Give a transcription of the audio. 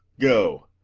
go,